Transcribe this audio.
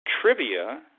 trivia